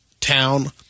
town